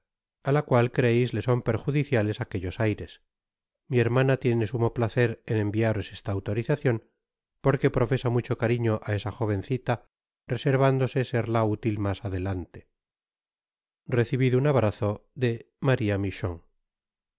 á nuestra doncellita la cual creeis le son perjudiciales aquellos aires mi hermana tiene sumo placer en enviaros esta autorizacion porque profesa mucho cariño á esa jovencila reservándose serla útil mas adelante recibid un abrazo de maría michon